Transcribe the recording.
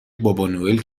بابانوئل